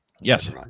Yes